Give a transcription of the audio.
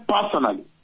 personally